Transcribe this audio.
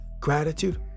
gratitude